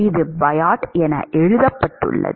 இது பயோட் என எழுதப்பட்டுள்ளது